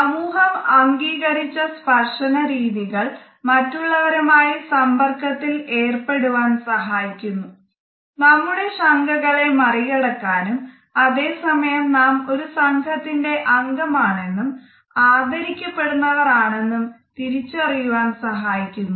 സമൂഹം അംഗീകരിച്ച സ്പർശന രീതികൾ മറ്റുള്ളവരുമായി സമ്പർക്കത്തിൽ ഏർപ്പെടുവാൻ സഹായിക്കുന്നു നമ്മുടെ ശങ്കകളെ മറികടക്കാനും അതേ സമയം നാം ഒരു സംഘത്തിന്റെ അംഗമാണെന്നും ആദരിക്കപ്പെടുന്നവർ ആണെന്നും തിരിച്ചറിയുവാൻ സഹായിക്കുന്നു